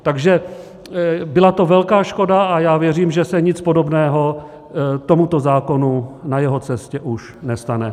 Takže byla to velká škoda a já věřím, že se nic podobného tomuto zákonu na jeho cestě už nestane.